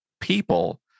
people